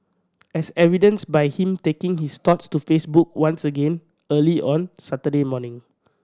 as evidenced by him taking his thoughts to Facebook once again early on Saturday morning